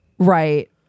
right